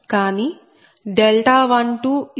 కానీ 12 210